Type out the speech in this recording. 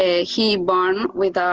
ah he bonded with god.